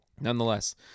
Nonetheless